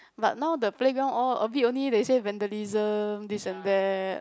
but now the playground all a bit only they say vandalism this and that